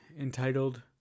entitled